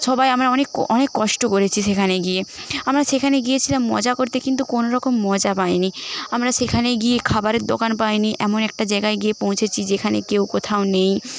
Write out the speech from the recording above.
সবাই আমরা অনেক অনেক কষ্ট করেছি সেখানে গিয়ে আমরা সেখানে গিয়েছিলাম মজা করতে কিন্তু কোনওরকম মজা পাইনি আমরা সেখানে গিয়ে খাবারের দোকান পাইনি এমন একটা জায়গায় গিয়ে পৌঁছেছি যেখানে কেউ কোথাও নেই